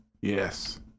Yes